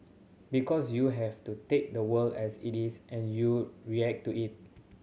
because you have to take the world as it is and you react to it